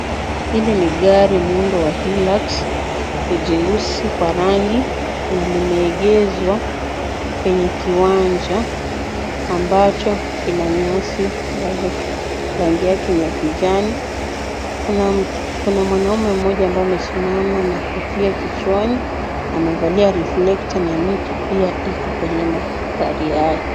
Hili ni gari muundo wa Hilux ni jeusi kwa rangi na limeegeshwa kwenye kiwanja ambacho kina nyasi ambazo rangi yake ni ya kijani. Kuna mwanaume mmoja ambaye amesimama na kofia kichwani amevalia reflector na miti pia iko kwenye mandhari hayo.